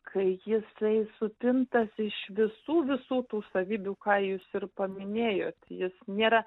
kai jisai supintas iš visų visų tų savybių ką jūs ir paminėjot jis nėra